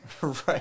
Right